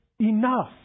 enough